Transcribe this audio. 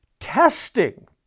testing